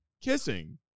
kissing